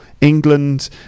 England